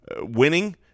winning